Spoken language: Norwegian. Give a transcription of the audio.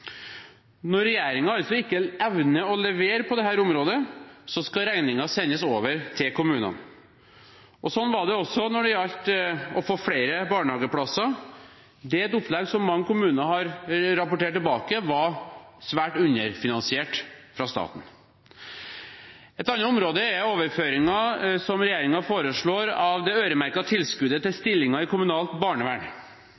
Når regjeringen altså ikke evner å levere på dette området, skal regningen sendes over til kommunene. Sånn var det også når det gjaldt å få flere barnehageplasser. Det er et opplegg mange kommuner har rapportert tilbake at var svært underfinansiert fra staten. Et annet område er overføringen som regjeringen foreslår av det øremerkede tilskuddet til